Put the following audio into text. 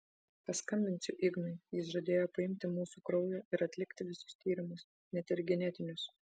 paskambinsiu ignui jis žadėjo paimti mūsų kraujo ir atlikti visus tyrimus net ir genetinius